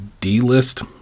d-list